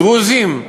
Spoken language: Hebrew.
הדרוזים,